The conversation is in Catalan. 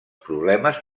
problemes